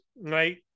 right